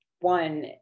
one